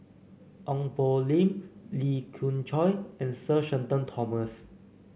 Ong Poh Lim Lee Khoon Choy and Sir Shenton Thomas